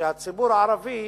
שהציבור הערבי,